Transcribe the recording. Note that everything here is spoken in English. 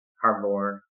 cardboard